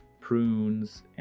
prunes